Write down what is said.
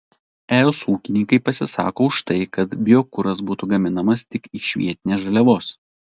es ūkininkai pasisako už tai kad biokuras būtų gaminamas tik iš vietinės žaliavos